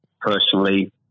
personally